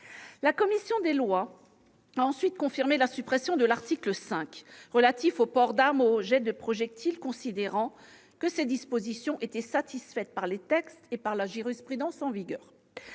La commission des lois a ensuite confirmé la suppression de l'article 5, relatif au port d'arme et au jet de projectile, considérant que ses dispositions étaient satisfaites par les textes et par la jurisprudence en vigueur.